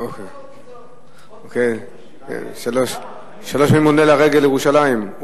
שלוש פעמים הוא עולה לרגל לירושלים.